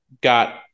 Got